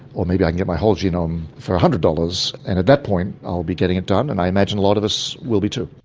or maybe i can get my whole genome for one ah hundred dollars. and at that point i'll be getting it done and i imagine a lot of us will be too.